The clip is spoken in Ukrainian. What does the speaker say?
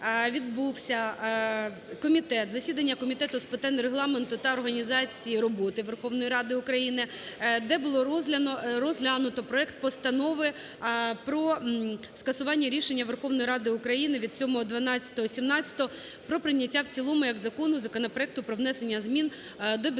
комітет, засідання Комітету з питань Регламенту та організації роботи Верховної Ради України, де було розглянуто проект Постанови про скасування рішення Верховної Ради України від 07.12.2017 про прийняття в цілому як закону законопроекту про внесення змін до